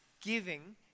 giving